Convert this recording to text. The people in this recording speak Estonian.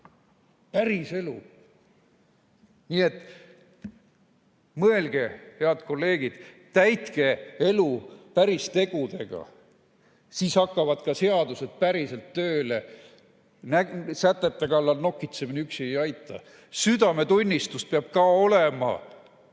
päriselu. Päris elu! Mõelge, head kolleegid, täitke elu päris tegudega! Siis hakkavad ka seadused päriselt tööle. Sätete kallal nokitsemine üksi ei aita. Südametunnistus peab ka olema.